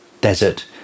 desert